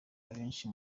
abenshi